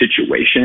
situation